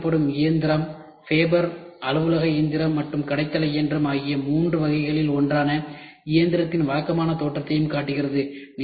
காண்பிக்கப்படும் இயந்திரம் ஃபேபர் அலுவலக இயந்திரம் மற்றும் கடைத் தளம் ஆகிய மூன்று வகைகளில் ஒன்றான இயந்திரத்தின் வழக்கமான தோற்றத்தைக் காட்டுகிறது